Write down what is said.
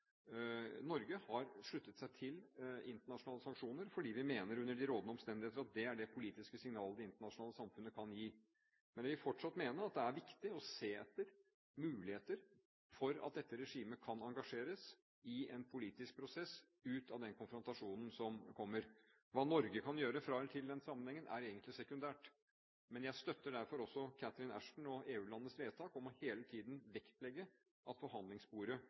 Norge har sluttet seg til internasjonale sanksjoner fordi vi under de rådende omstendigheter mener det er det politiske signalet det internasjonale samfunnet kan gi. Men jeg vil fortsatt mene at det er viktig å se etter muligheter for at dette regimet kan engasjeres i en politisk prosess – ut av den konfrontasjonen som kommer. Hva Norge kan gjøre fra eller til i den sammenhengen, er egentlig sekundært. Men jeg støtter derfor Catherine Ashton og EU-landenes vedtak om hele tiden å vektlegge at forhandlingsbordet